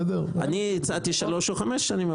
אני הצעתי שלוש או חמש שנים,